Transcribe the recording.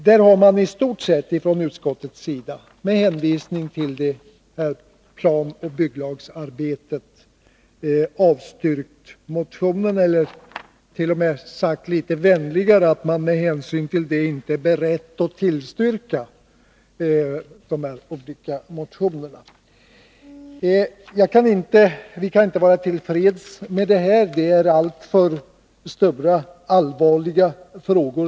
Utskottet har i stort sett, med hänvisning till planoch bygglagsarbetet, avstyrkt eller t.o.m. litet vänligare sagt att man inte är beredd att tillstyrka de olika motionerna. Vi kan inte vara till freds med detta, det gäller alltför stora och allvarliga frågor.